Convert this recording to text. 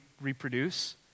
reproduce